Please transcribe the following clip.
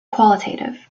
qualitative